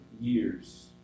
years